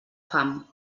fam